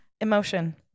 Emotion